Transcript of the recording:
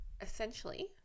essentially